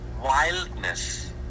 wildness